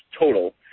total